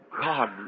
God